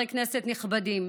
חברי כנסת נכבדים,